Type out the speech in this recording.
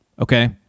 okay